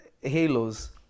halos